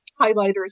highlighters